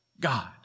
God